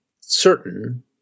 certain